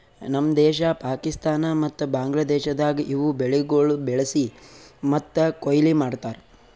ನಮ್ ದೇಶ, ಪಾಕಿಸ್ತಾನ ಮತ್ತ ಬಾಂಗ್ಲಾದೇಶದಾಗ್ ಇವು ಬೆಳಿಗೊಳ್ ಬೆಳಿಸಿ ಮತ್ತ ಕೊಯ್ಲಿ ಮಾಡ್ತಾರ್